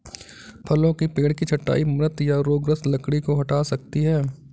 फलों के पेड़ की छंटाई मृत या रोगग्रस्त लकड़ी को हटा सकती है